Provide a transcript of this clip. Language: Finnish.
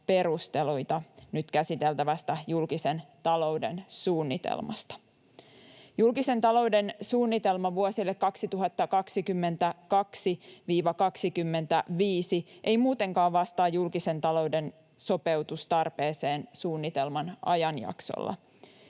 perusteluita nyt käsiteltävästä julkisen talouden suunnitelmasta. Julkisen talouden suunnitelma vuosille 2022–2025 ei muutenkaan vastaa julkisen talouden sopeutustarpeeseen suunnitelman ajanjaksolla.